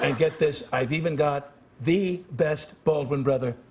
and get this i've even got the best baldwin brother,